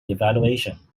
evaluation